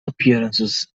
appearances